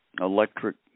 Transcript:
electric